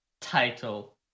title